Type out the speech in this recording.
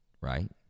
right